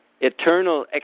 eternal